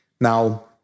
Now